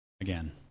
again